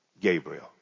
Gabriel